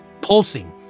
pulsing